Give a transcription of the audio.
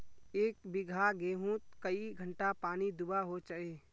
एक बिगहा गेँहूत कई घंटा पानी दुबा होचए?